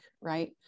right